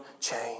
change